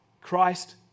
Christ